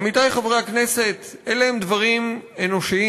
עמיתי חברי הכנסת, אלה הם דברים אנושיים,